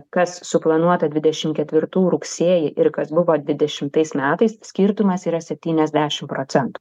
kas suplanuota dvidešimt ketvirtų rugsėjį ir kas buvo dvidešimtais metais skirtumas yra septyniasdešimt procentų